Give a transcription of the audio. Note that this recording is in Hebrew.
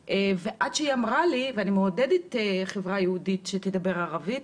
אני מעודדת חברה יהודית שתדבר בערבית,